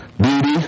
beauty